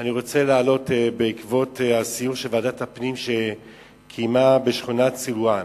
אני רוצה להעלות בעקבות הסיור שוועדת הפנים קיימה בשכונת סילואן.